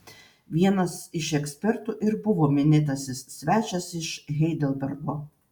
vienas iš ekspertų ir buvo minėtasis svečias iš heidelbergo